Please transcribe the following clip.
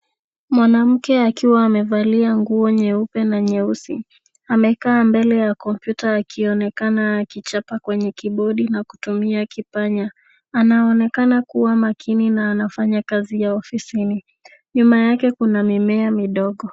Mwanamke akiwa amevalia nguo nyeupe na nyeusi amekaa mbele ya kompyuta akionekana aki chapa kwenye kibodi na kutumia kipanya. Anaonekana kuwa makini na anafanya kazi ya ofisini. Nyuma yake kuna mimea midogo.